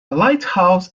lighthouse